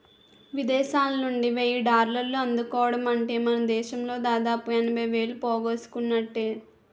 విదేశాలనుండి వెయ్యి డాలర్లు అందుకోవడమంటే మనదేశంలో దాదాపు ఎనభై వేలు పోగేసుకున్నట్టే